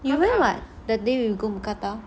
you went [what] the day we go mookata